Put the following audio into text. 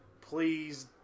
Please